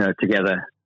together